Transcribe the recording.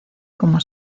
como